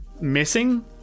missing